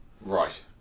Right